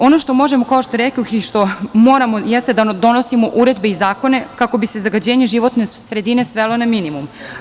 Ono što možemo, kao što rekoh, i što moramo jeste da donosimo uredbe i zakone, kako bi se zagađenje životne sredine svelo na minimum.